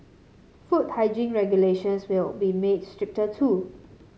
food hygiene regulations will be made stricter too